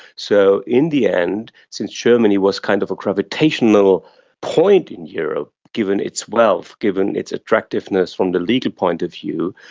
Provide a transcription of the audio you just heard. so in the end, since germany was kind of a gravitational point in europe, given its wealth, given its attractiveness from the legal point of view,